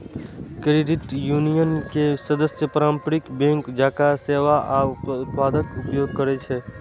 credit union के सदस्य पारंपरिक बैंक जकां सेवा आ उत्पादक उपयोग करै छै